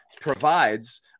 provides